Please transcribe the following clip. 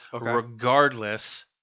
regardless